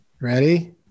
ready